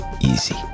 easy